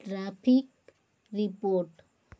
traffic report